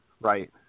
Right